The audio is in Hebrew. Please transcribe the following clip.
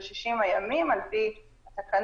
של 60 הימים על פי התקנות,